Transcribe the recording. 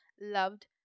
loved